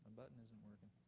button isn't working.